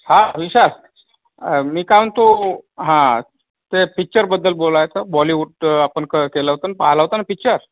हां विशाल मी काय म्हणतो हां ते पिच्चरबद्दल बोलायचं बॉलीवूड आपण क केलं होतं पाहिला होता ना पिच्चर